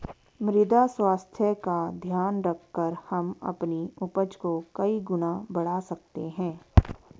मृदा स्वास्थ्य का ध्यान रखकर हम अपनी उपज को कई गुना बढ़ा सकते हैं